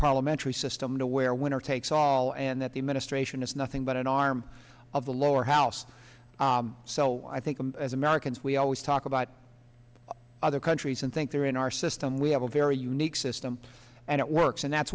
parliamentary system to where winner takes all and that the administration is nothing but an arm of the lower house so i think as americans we always talk about other countries and think they're in our system we have a very unique system and it works and that's